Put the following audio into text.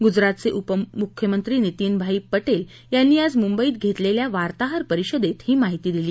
गुजरातचे उपमुख्यमंत्री नितीनभाई पटेल यांनी आज मुंबईत घेतलेल्या वार्ताहरपरिषदेत ही माहिती दिली